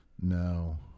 no